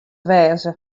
wêze